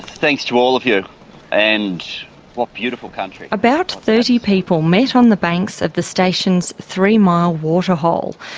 thanks to all of you and what beautiful country. about thirty people met on the banks of the station's three mile waterhole.